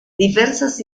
diversas